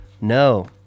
No